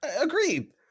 Agreed